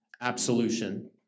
absolution